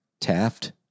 Taft